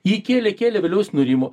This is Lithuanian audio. jį kėlė kėlė vėliau jis nurimo